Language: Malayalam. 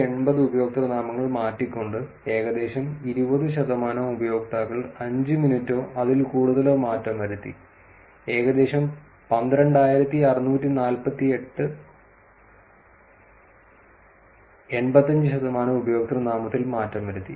14880 ഉപയോക്തൃനാമങ്ങൾ മാറ്റിക്കൊണ്ട് ഏകദേശം 20 ശതമാനം ഉപയോക്താക്കൾ 5 മിനിറ്റോ അതിൽ കൂടുതലോ മാറ്റം വരുത്തി ഏകദേശം 12648 85 ശതമാനം ഉപയോക്തൃനാമത്തിൽ മാറ്റം വരുത്തി